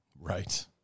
Right